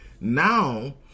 now